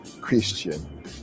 Christian